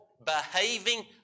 behaving